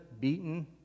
beaten